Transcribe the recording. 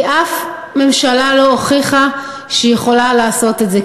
כי שום ממשלה לא הוכיחה שהיא יכולה לעשות את זה.